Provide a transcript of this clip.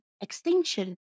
extinction